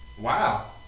wow